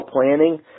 planning